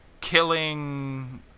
killing